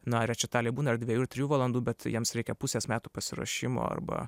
na rečitaliai būna ir dviejų ir trijų valandų bet jiems reikia pusės metų pasiruošimo arba